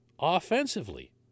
offensively